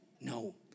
No